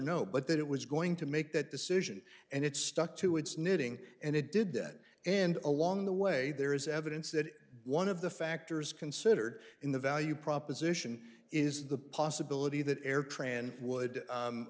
no but that it was going to make that decision and it stuck to its knitting and it did that and along the way there is evidence that one of the factors considered in the value proposition is the possibility that air tran would